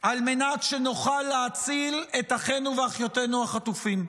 על מנת שנוכל להציל את אחינו ואחיותינו החטופים.